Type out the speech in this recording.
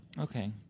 Okay